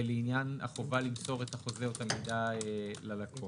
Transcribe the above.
ולעניין החובה למסור את החוזה או את המידע ללקוח.